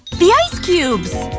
the ice cubes!